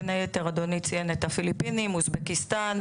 בין היתר - אדוני ציין את הפיליפינים אוזבקיסטן,